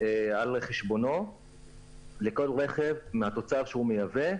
על חשבונו לכל רכב מהתוצר שהוא מייבא,